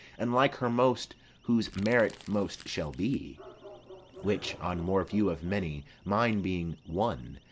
and like her most whose merit most shall be which, on more view of many mine, being one,